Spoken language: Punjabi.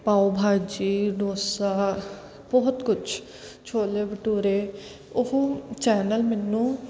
ਪਾਓ ਭਾਜੀ ਡੋਸਾ ਬਹੁਤ ਕੁਛ ਛੋਲੇ ਭਟੂਰੇ ਉਹ ਚੈਨਲ ਮੈਨੂੰ